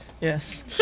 Yes